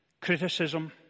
criticism